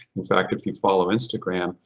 in fact, if you follow instagram,